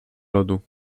lodu